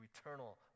eternal